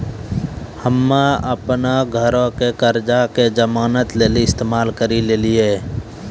हम्मे अपनो घरो के कर्जा के जमानत लेली इस्तेमाल करि लेलियै